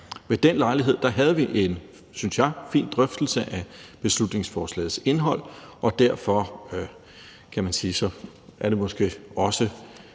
Ved den lejlighed havde vi, synes jeg, en fin drøftelse af beslutningsforslagets indhold, og derfor er det, kan